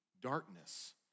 darkness